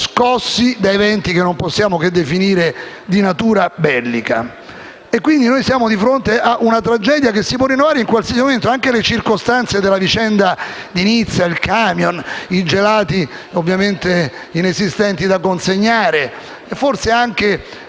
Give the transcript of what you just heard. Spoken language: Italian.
scossi da eventi che non possiamo che definire di natura bellica. Noi siamo quindi di fronte a una tragedia che si può rinnovare in qualsiasi momento, viste anche le circostanze della vicenda di Nizza, con il camion che trasportava i gelati (ovviamente inesistenti) da consegnare e, forse, anche